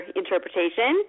interpretation